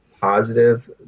positive